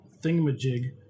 thingamajig